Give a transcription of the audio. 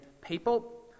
people